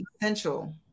essential